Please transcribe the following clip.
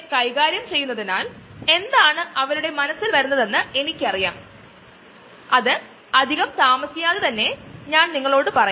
കാരണം മൈക്രോആൽഗെ കൂട്ടിവെച്ച് അതിനെ നമ്മൾ ബയോ ഓയിൽ ആയി പരിവർത്തനം ചെയുന്നു അത് ഏകദേശം ക്രൂഡ് ഓയിലിന് തുല്യമാണ് ക്രൂഡ് ഓയിൽ പോലെ തന്നെ ആകില്ലെൻകിലും ഇതിനെ തുല്യമായി കണക്കാക്കുന്നു